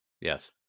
Yes